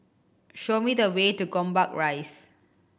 show me the way to Gombak Rise